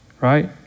right